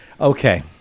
okay